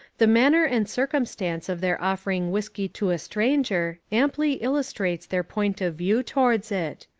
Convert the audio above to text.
the manner and circumstance of their offering whiskey to a stranger amply illustrates their point of view towards it.